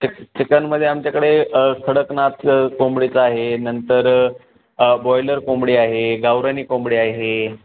चिक चिकनमध्ये आमच्याकडे कडकनाथ कोंबडीचं आहे नंतर बॉयलर कोंबडी आहे गावरान कोंबडी आहे